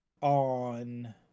on